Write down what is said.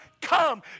come